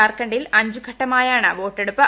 ജാർഖണ്ഡിൽ അഞ്ച് ഘട്ടമായാണ് വോട്ടെടുപ്പ്